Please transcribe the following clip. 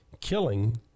killing